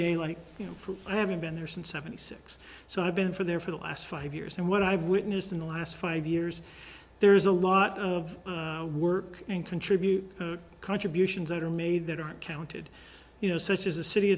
day like you for having been there since seventy six so i've been for there for the last five years and what i've witnessed in the last five years there is a lot of work and contribute contributions that are made that aren't counted you know such as a city